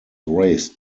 raised